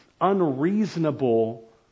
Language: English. unreasonable